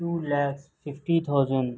two lacs fifty thousand